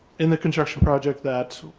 in the construction project that,